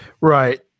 Right